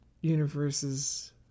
universe's